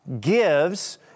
gives